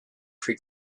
pre